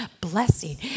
blessing